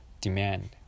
demand